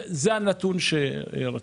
תודה.